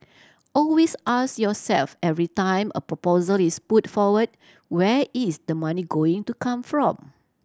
always ask yourself every time a proposal is put forward where is the money going to come from